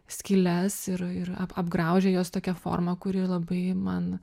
skyles ir ir ap apgraužia juos tokia forma kuri labai man